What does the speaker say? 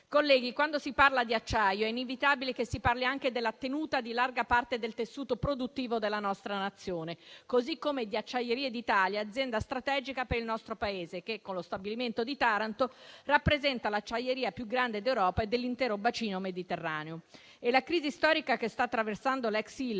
Colleghi, quando si parla di acciaio è inevitabile che si parli anche della tenuta di larga parte del tessuto produttivo della nostra Nazione, così come di Acciaierie d'Italia, azienda strategica per il nostro Paese, che con lo stabilimento di Taranto rappresenta l'acciaieria più grande d'Europa e dell'intero bacino mediterraneo. La crisi storica che sta attraversando l'ex